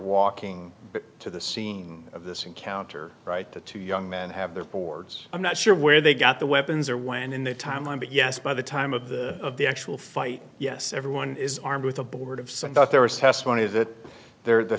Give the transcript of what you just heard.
walking to the scene of this encounter right the two young men have their boards i'm not sure where they got the weapons or when in the timeline but yes by the time of the of the actual fight yes everyone is armed with a board of some thought there was testimony that there the